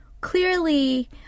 clearly